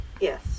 Yes